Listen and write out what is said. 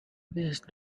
please